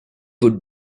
would